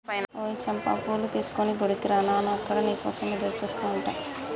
ఓయ్ చంపా పూలు తీసుకొని గుడికి రా నాను అక్కడ నీ కోసం ఎదురుచూస్తు ఉంటా